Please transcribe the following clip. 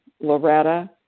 Loretta